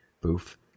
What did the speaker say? Boof